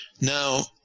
Now